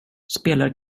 spelar